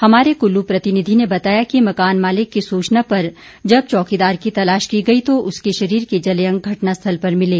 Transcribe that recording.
हमारे कुल्लू प्रतिनिधि ने बताया कि मकान मालिक की सूचना पर जब चौकीदार की तलाश की गई तो उसके शरीर के जले अंग घटना स्थल पर मिले